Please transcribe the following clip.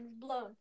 blown